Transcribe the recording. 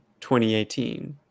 2018